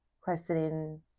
questioning